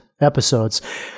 episodes